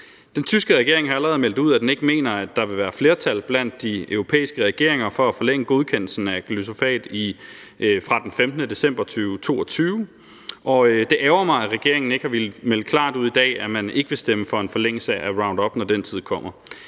Den tyske regering har allerede meldt ud, at den ikke mener, at der vil være flertal blandt de europæiske regeringer for at forlænge godkendelsen af glyfosat fra den 15. december 2022, og det ærgrer mig, at regeringen ikke har villet melde klart ud i dag, at man ikke vil stemme for en forlængelse af Roundup, når den tid kommer.